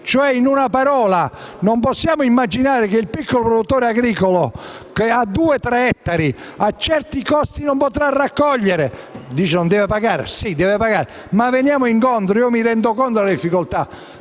cioè, in una parola, non possiamo non immaginare che il piccolo produttore agricolo, che ha due o tre ettari, a certi costi non potrà raccogliere. Si dice che non deve pagare? No, deve pagare, ma andiamogli incontro. Io mi rendo conto della difficoltà